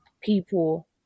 People